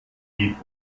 geht